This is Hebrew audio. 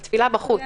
על תפילה בחוץ.